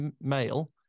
male